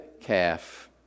calf